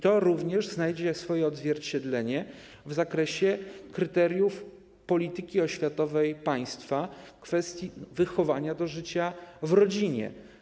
To również znajdzie swoje odzwierciedlenie w zakresie kryteriów polityki oświatowej państwa w kwestii wychowania do życia w rodzinie.